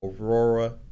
Aurora